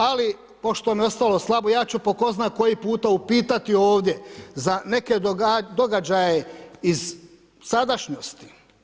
Ali pošto mi je ostalo slabo ja ću po tko zna koji puta upitati ovdje za neke događaje iz sadašnjosti.